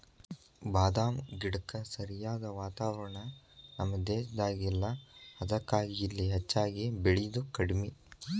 ಬಾದಾಮ ಗಿಡಕ್ಕ ಸರಿಯಾದ ವಾತಾವರಣ ನಮ್ಮ ದೇಶದಾಗ ಇಲ್ಲಾ ಅದಕ್ಕಾಗಿ ಇಲ್ಲಿ ಹೆಚ್ಚಾಗಿ ಬೇಳಿದು ಕಡ್ಮಿ